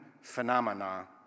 phenomena